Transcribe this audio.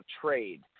trade